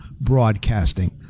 broadcasting